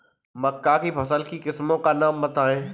मक्का की फसल की किस्मों का नाम बताइये